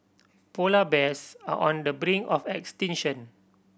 polar bears are on the brink of extinction